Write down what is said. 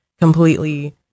completely